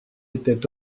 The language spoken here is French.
étaient